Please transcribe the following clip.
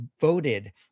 voted